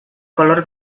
color